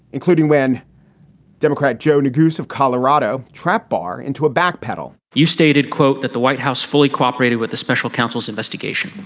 including when democrat joe nagase of colorado tretbar into a backpedal you stated, quote, that the white house fully cooperated with the special counsel's investigation.